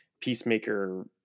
peacemaker